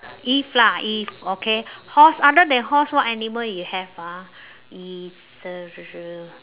if lah if okay horse other than horse what other animal you have ah is the